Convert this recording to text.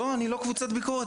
לא, אני לא קבוצת ביקורת.